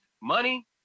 Money